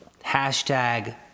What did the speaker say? hashtag